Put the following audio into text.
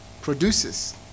produces